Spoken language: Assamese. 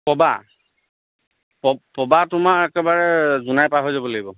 পবা পবা তোমাৰ একেবাৰে জোনাই পাৰহৈ যাব লাগিব